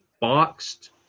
boxed